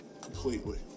Completely